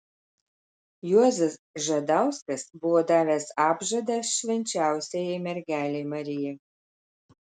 juozas žadauskas buvo davęs apžadą švenčiausiajai mergelei marijai